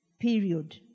Period